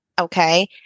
Okay